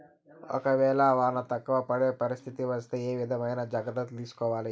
ఒక వేళ వాన తక్కువ పడే పరిస్థితి వస్తే ఏ విధమైన జాగ్రత్తలు తీసుకోవాలి?